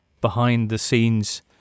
behind-the-scenes